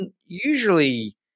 usually